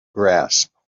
grasp